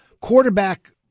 Quarterback